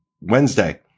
Wednesday